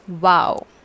Wow